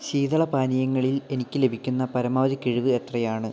ശീതളപാനീയങ്ങളിൽ എനിക്ക് ലഭിക്കുന്ന പരമാവധി കിഴിവ് എത്രയാണ്